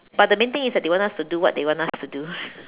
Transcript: but the main thing is that they want us to do what they want us to do